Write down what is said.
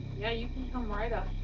yeah, you can come right up.